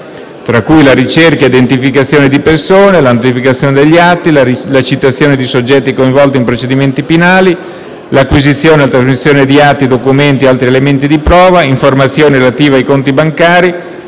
tra cui la ricerca e l'identificazione di persone, la notificazione degli atti, la citazione di soggetti coinvolti in procedimenti penali, l'acquisizione e la trasmissione di atti, documenti e altri elementi di prova, l'informazione relativa ai conti bancari,